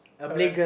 alright